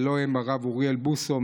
הלוא הם הרב אוריאל בוסו,